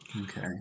Okay